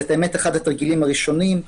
אלה אחד התרגילים הראשונים.